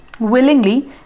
willingly